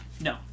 No